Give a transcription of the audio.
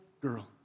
girl